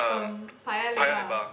erm Paya-Lebar